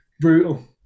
brutal